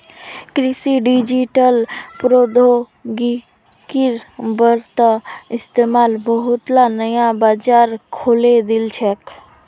कृषित डिजिटल प्रौद्योगिकिर बढ़ त इस्तमाल बहुतला नया बाजार खोले दिल छेक